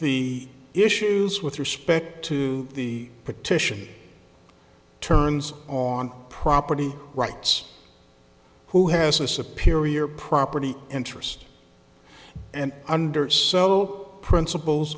the issues with respect to the petition turns on property rights who has disappear your property interest and under so principles